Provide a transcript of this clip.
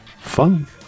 fun